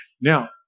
Now